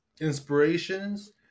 inspirations